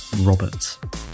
Robert